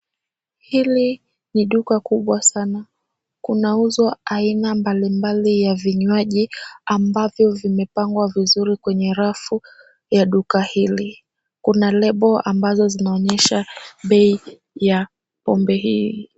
Hili ni duka kubwa sana, kunauzwa aina mbalimbali ya vinywaji ambavyo vimepangwa vizuri kwenye rafu ya duka hili. Kuna lebo ambazo zinaonyesha bei ya pombe hii.